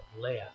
left